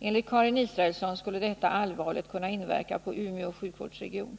Enligt Karin Israelsson skulle detta allvarligt kunna inverka på Umeå sjukvårdsregion.